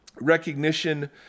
Recognition